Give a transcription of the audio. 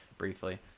briefly